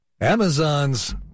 Amazon's